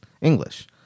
english